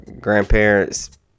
grandparents